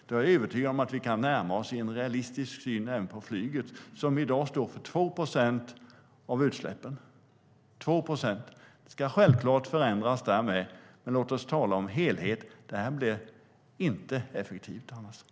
Då är jag övertygad om att vi kan närma oss varandra i en realistisk syn även på flyget, som i dag står för 2 procent av utsläppen. Det ska självklart förändras där med, men låt oss tala om helheten! Det här blir inte effektivt annars.